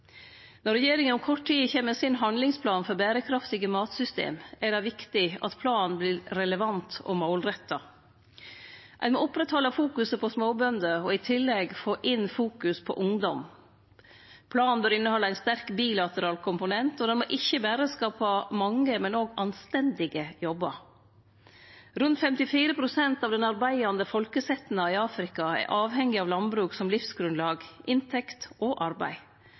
Når regjeringa om kort tid kjem med sin handlingsplan for berekraftige matsystem, er det viktig at planen vert relevant og målretta. Ein må oppretthalde fokuset på småbønder og i tillegg få inn fokus på ungdom. Planen bør innehalde ein sterk bilateral komponent, og den må ikkje berre skape mange, men òg anstendige jobbar. Rundt 54 pst. av den arbeidande folkesetnaden i Afrika er avhengige av landbruk som livsgrunnlag, inntekt og arbeid.